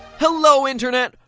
hello internet,